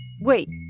Wait